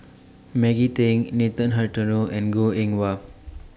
Maggie Teng Nathan Hartono and Goh Eng Wah